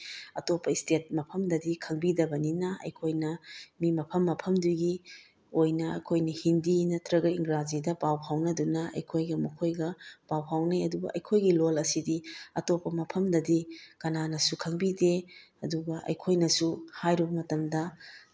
ꯑꯇꯣꯞꯄ ꯏꯁꯇꯦꯠ ꯃꯐꯝꯗꯗꯤ ꯈꯪꯕꯤꯗꯕꯅꯤꯅ ꯑꯩꯈꯣꯏꯅ ꯃꯤ ꯃꯐꯝ ꯃꯐꯝ ꯗꯨꯒꯤ ꯑꯣꯏꯅ ꯑꯩꯈꯣꯏꯅ ꯍꯤꯟꯗꯤ ꯅꯠꯇꯔꯒ ꯏꯪꯒ꯭ꯔꯥꯖꯤꯗ ꯄꯥꯎ ꯐꯥꯎꯅꯗꯨꯅ ꯑꯩꯈꯣꯏꯒ ꯃꯈꯣꯏꯒ ꯄꯥꯎ ꯐꯥꯎꯅꯩ ꯑꯗꯨꯕꯨ ꯑꯩꯈꯣꯏꯒꯤ ꯂꯣꯜ ꯑꯁꯤꯗꯤ ꯑꯇꯣꯞꯄ ꯃꯐꯝꯗꯗꯤ ꯀꯅꯥꯅꯁꯨ ꯈꯪꯕꯤꯗꯦ ꯑꯗꯨꯒ ꯑꯩꯈꯣꯏꯅꯁꯨ ꯍꯥꯏꯔꯨꯕ ꯃꯇꯝꯗ